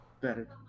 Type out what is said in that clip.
better